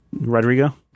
Rodrigo